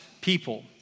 people